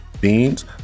Beans